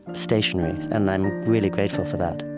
stationary. and i'm really grateful for that